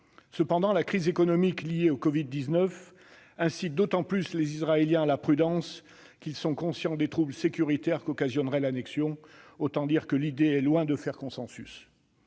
Cependant, la crise économique liée à l'épidémie de Covid-19 incite d'autant plus les Israéliens à la prudence qu'ils sont conscients des troubles sécuritaires qu'occasionnerait l'annexion. Autant dire que l'idée est loin de faire consensus.